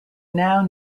now